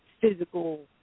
physical